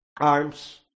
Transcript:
arms